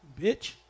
bitch